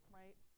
right